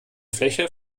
fläche